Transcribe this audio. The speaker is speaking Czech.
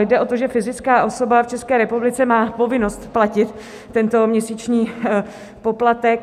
Jde o to, že fyzická osoba v České republice má povinnost platit tento měsíční poplatek.